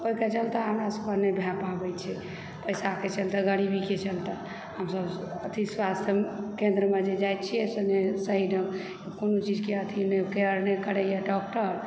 ओहिके चलते हमरा सभकेँ नहि भए पाबैत छै पैसाके चलते गरीबीके चलते हमसभ अथी स्वास्थ्यकेन्द्रमे जे जाइत छियै तऽ नहि सही ढ़ंगसँ कोनो चीजके अथी केयर नहि करैए डॉक्टर